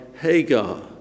Hagar